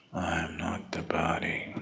not the body